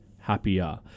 happier